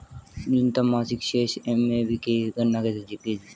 न्यूनतम मासिक शेष एम.ए.बी की गणना कैसे की जाती है?